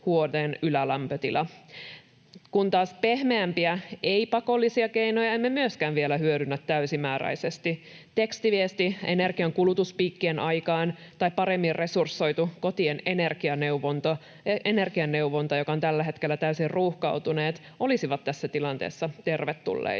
Pehmeämpiä ei-pakollisia keinoja emme myöskään vielä hyödynnä täysimääräisesti. Tekstiviesti energiankulutuspiikkien aikaan tai paremmin resursoitu kotien energianeuvonta — joka on tällä hetkellä täysin ruuhkautunut — olisivat tässä tilanteessa tervetulleita.